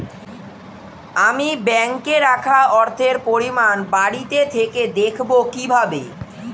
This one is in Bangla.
আমি ব্যাঙ্কে রাখা অর্থের পরিমাণ বাড়িতে থেকে দেখব কীভাবে?